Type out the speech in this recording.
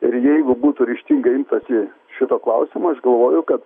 ir jeigu būtų ryžtingai imtasi šito klausimo aš galvoju kad